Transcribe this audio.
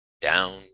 down